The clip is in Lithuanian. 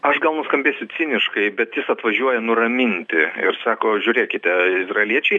aš gal nuskambėsu ciniškai bet jis atvažiuoja nuraminti ir sako žiūrėkite izraeliečiai